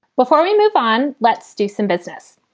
before we move on, let's do some business.